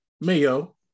Mayo